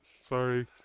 sorry